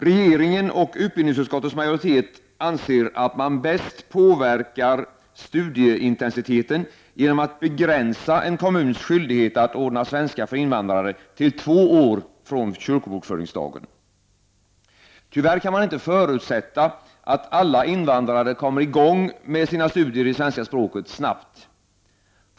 Regeringen och utbildningsutskottets majoritet anser att man bäst påverkar studieintensiteten genom att begränsa en kommuns skyldighet att ordna svenska för invandrare till två år från kyrkobokföringsdagen. Tyvärr kan man inte förutsätta att alla invandrare kommer i gång med sina studier i svenska språket snabbt.